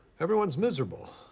everyone's miserable.